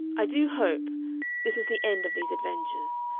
i do hope this is the end of these adventures.